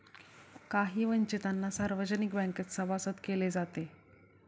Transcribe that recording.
काही वंचितांना सार्वजनिक बँकेत सभासद केले जाते